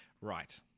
Right